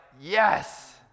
yes